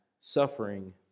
suffering